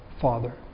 Father